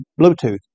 Bluetooth